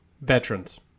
Veterans